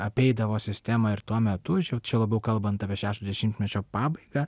apeidavo sistemą ir tuo metu jau čia labiau kalbant apie šešto dešimtmečio pabaigą